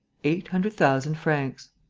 eight hundred thousand francs.